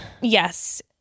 yes